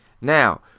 now